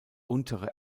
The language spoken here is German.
untere